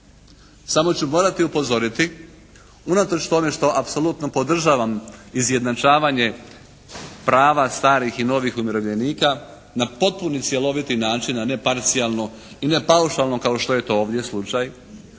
Samo ću morati upozoriti unatoč tome što apsolutno podržavam izjednačavanje prava starih i novih umirovljenika na potpuni, cjeloviti način a ne parcijalno i ne paušalno kao što je to ovdje slučaj.